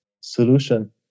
solution